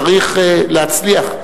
צריך להצליח.